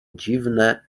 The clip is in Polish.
dziwne